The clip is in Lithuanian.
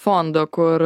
fondo kur